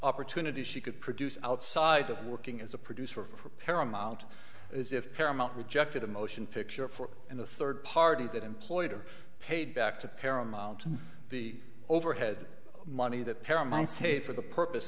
opportunity she could produce outside of working as a producer for paramount is if paramount rejected a motion picture four and a third party that employed and paid back to paramount the overhead money that paramount stayed for the purpose